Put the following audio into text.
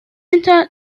interred